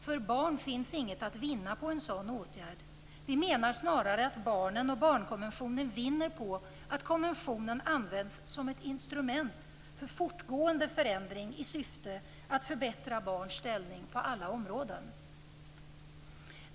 För barn finns inget att vinna på en sådan åtgärd, vi menar snarare att barnen och Barnkonventionen vinner på att konventionen används som ett instrument för fortgående förändring i syfte att förbättra barns ställning på alla områden."